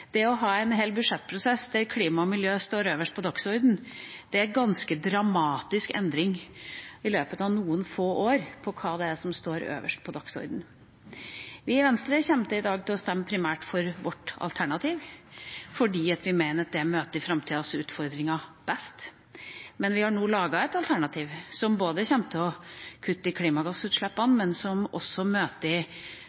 det å ha en hel budsjettprosess der klima og miljø står øverst på dagsordenen, er en ganske dramatisk endring i løpet av noen få år av hva som står øverst på dagsordenen. Vi i Venstre kommer i dag til å stemme primært for vårt alternativ, fordi vi mener det møter framtidas utfordringer best. Men vi har nå laget et alternativ som kommer til å kutte i klimagassutslippene,